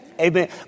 Amen